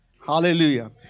Hallelujah